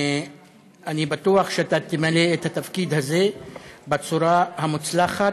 אני בטוח שאתה תמלא את התפקיד הזה בצורה המוצלחת,